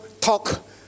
talk